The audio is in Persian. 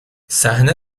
صحنه